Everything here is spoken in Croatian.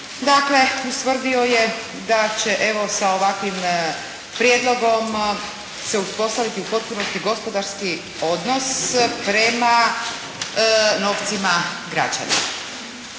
dakle ustvrdio je da će evo sa ovakvim prijedlogom se uspostaviti u potpunosti gospodarski odnos prema novcima građana.